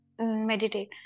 meditate